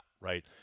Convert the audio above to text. right